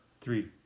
Three